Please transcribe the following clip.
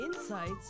Insights